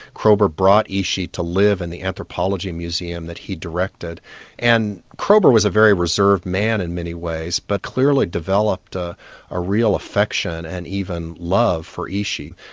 kroeber brought ishi to live in the anthropology museum that he directed and kroeber was a very reserved man in many ways but clearly developed ah a real affection and even love for ishi.